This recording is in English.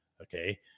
Okay